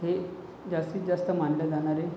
हे जास्तीत जास्त मानल्या जाणारे